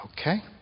Okay